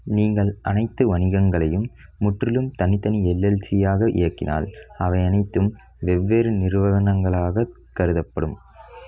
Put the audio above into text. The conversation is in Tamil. நீங்கள் அனைத்து வணிகங்களையும் முற்றிலும் தனித்தனி எல்எல்சியாக இயக்கினால் அவை அனைத்தும் வெவ்வேறு நிறுவனங்களாகக் கருதப்படும்